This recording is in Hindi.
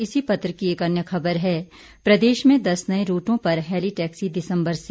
इसी पत्र की एक अन्य खबर है प्रदेश में दस नए रूटों पर हैलीटैक्सी दिसंबर से